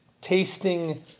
tasting